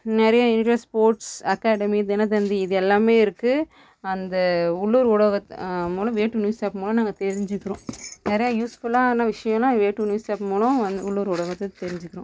நிறையா India sports academy Dinathanthi இதெல்லாம் இருக்குது அந்த உள்ளூர் ஊடக மூலம் வே டூ நியூஸ் மூலம் நாங்கள் தெரிஞ்சிக்கிறோம் நிறைய யூஸ்ஃபுல்லான விஷயோலாம் வே டூ நியூஸ் ஆப் மூலம் உள்ளூர் ஊடகத்தை தெரிஞ்சிக்கிறோம்